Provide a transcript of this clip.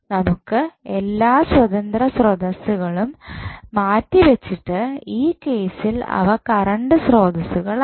നമുക്ക് എല്ലാ സ്വതന്ത്ര സ്രോതസ്സുകളും മാറ്റിവെച്ചിട്ട് ഈ കേസിൽ അവ കറണ്ട് സ്രോതസ്സുകളാണ്